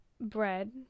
bread